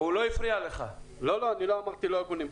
לא, לא אמרתי לא הגונים.